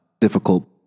difficult